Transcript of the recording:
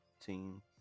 team